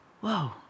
whoa